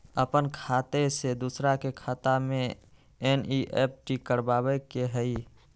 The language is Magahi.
अपन खाते से दूसरा के खाता में एन.ई.एफ.टी करवावे के हई?